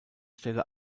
stelle